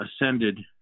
ascended